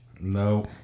No